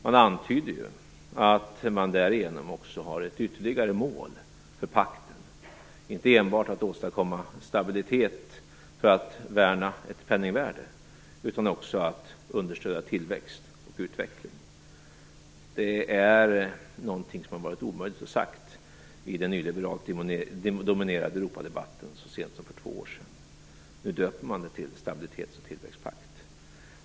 Man antyder därigenom att man också har ett ytterligare mål för pakten, inte enbart att åstadkomma stabilitet för att värna ett penningvärde utan också att understödja tillväxt och utveckling. Det är någonting som var omöjligt att säga i den nyliberalt dominerade Europadebatten så sent som för två år sedan. Ny döper man det till stabilitets och tillväxtpakt.